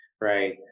Right